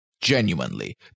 Genuinely